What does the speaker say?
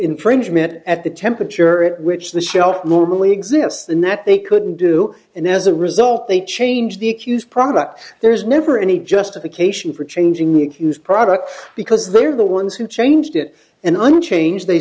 infringement at the temperature at which the shelf normally exists and that they couldn't do and as a result they change the accused product there's never any justification for changing the product because they are the ones who changed it and unchanged they